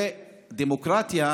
ודמוקרטיה,